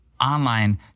online